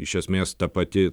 iš esmės ta pati